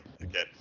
again